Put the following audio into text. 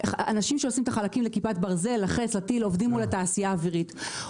אנשים שעושים את החלקים לכיפת ברזל עובדים מול התעשייה האווירית.